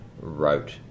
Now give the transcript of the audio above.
wrote